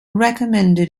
recommended